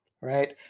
right